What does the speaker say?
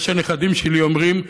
מה שהנכדים שלי אומרים: